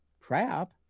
crap